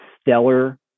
stellar